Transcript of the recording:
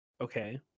okay